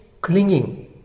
clinging